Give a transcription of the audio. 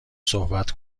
صحبت